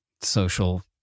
social